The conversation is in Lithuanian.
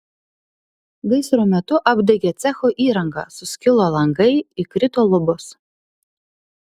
gaisro metu apdegė cecho įranga suskilo langai įkrito lubos